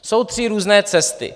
Jsou tři různé cesty.